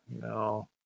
No